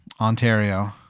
Ontario